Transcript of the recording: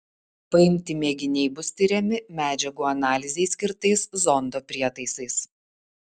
paimti mėginiai bus tiriami medžiagų analizei skirtais zondo prietaisais